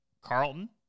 Carlton